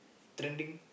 trending